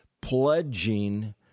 pledging